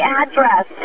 address